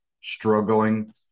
struggling